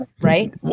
right